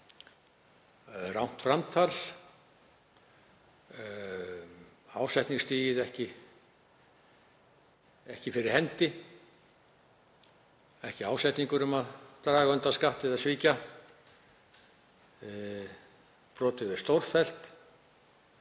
rangt framtal, ásetningsstigið ekki fyrir hendi, ekki ásetningur um að draga undan skatti eða svíkja, brotið er stórfellt,